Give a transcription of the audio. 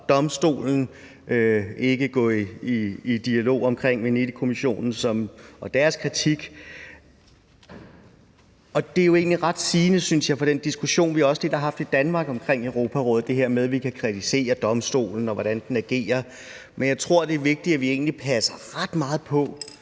fra domstolen og ikke vil gå i dialog omkring Venedigkommissionen og deres kritik, er jo egentlig ret sigende, synes jeg, for den diskussion, vi også lidt har haft i Danmark omkring Europarådet, altså det her med, at vi kan kritisere domstolen for, hvordan den agerer. Men jeg tror, det er vigtigt , at vi egentlig passer ret meget på.